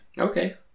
Okay